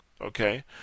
okay